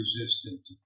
resistant